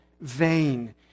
vain